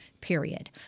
period